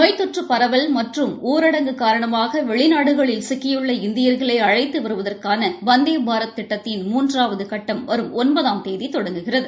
நோய் தொற்று பரவல் மற்றும் ஊரடங்கு காரணமாக வெளிநாகளில் சிக்கியுள்ள இந்தியர்களை அழைத்து வருவதற்கான வந்தே பாரத் திட்டத்தின் மூன்றாவது கட்டம் வரும் ஒன்பதாம் தேதி தொடங்குகிறது